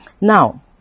Now